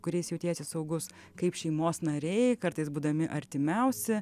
kuriais jautiesi saugus kaip šeimos nariai kartais būdami artimiausi